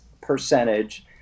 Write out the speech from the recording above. percentage